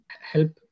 help